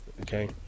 Okay